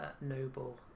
noble